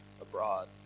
abroad